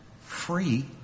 free